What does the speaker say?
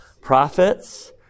Prophets